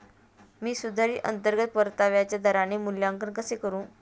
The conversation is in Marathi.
मी सुधारित अंतर्गत परताव्याच्या दराचे मूल्यांकन कसे करू?